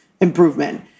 improvement